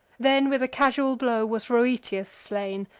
then, with a casual blow was rhoeteus slain,